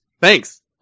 thanks